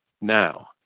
now